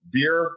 Beer